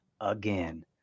again